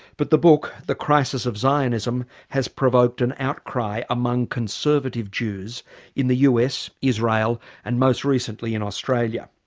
but the book the crisis of zionism has provoked an outcry among conservative jews in the us, israel and most recently in australia.